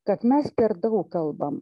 kad mes per daug kalbam